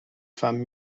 femmes